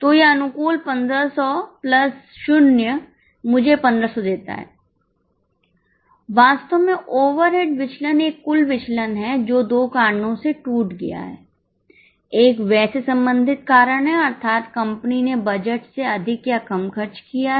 तो यह अनुकूल 1500 प्लस 0 मुझे 1500 देता है वास्तव में ओवरहेड विचलन एक कुल विचलन है जो दो कारणों से टूट गया है एक व्यय से संबंधित कारण है अर्थात कंपनी ने बजट से अधिक या कम खर्च किया है